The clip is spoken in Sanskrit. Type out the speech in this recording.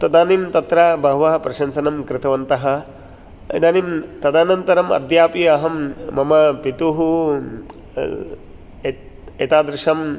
तदानीं तत्र बहवः प्रशंसनं कृतवन्तः इदानीं तदनन्तरं अद्यापि अहं मम पितुः एत् एतादृशं